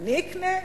אני אקנה?